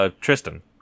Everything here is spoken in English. Tristan